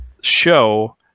show